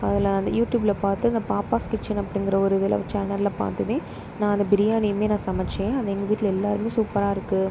அதில் வந்து யூடியூப்பில் பார்த்து அந்த பாப்பஸ் கிட்ச்சன் அப்படிங்கிற ஒரு இதில் சேனலில் பார்த்துதேன் நான் அது பிரியாணியுமே சமைத்தேன் அது எங்கள் வீட்டில் எல்லோருமே சூப்பராயிருக்கு